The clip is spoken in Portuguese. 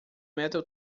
metal